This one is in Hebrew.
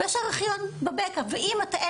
זה מתחבר